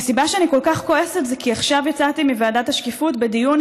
והסיבה שאני כל כך כועסת היא כי עכשיו יצאתי מוועדת השקיפות בדיון